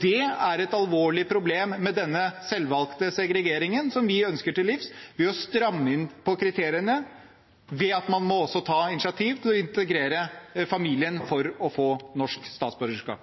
Det er et alvorlig problem med denne selvvalgte segregeringen som vi ønsker til livs, ved å stramme inn på kriteriene, ved at man må også ta initiativ til å integrere familien for å få norsk statsborgerskap.